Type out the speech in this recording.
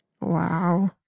Wow